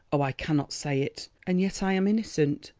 oh i cannot say it. and yet i am innocent.